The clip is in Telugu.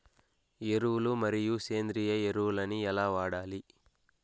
ఎరువులు మరియు సేంద్రియ ఎరువులని ఎలా వాడాలి?